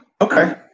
Okay